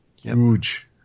Huge